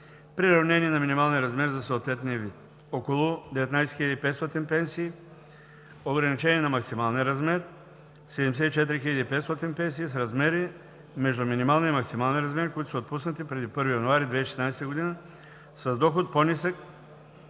приравнени на минималния размер за съответния вид; - около 19 500 пенсии, ограничени на максималния размер от 1200 лв.; - 74 500 пенсии с размери между минималния и максималния размер, които са отпуснати преди 1 януари 2016 г. с доход, по-нисък